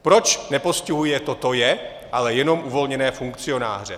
Proč nepostihuje toto je, ale jenom uvolněné funkcionáře?